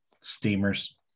Steamers